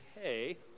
hey